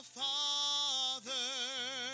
father